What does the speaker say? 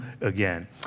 again